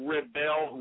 Rebel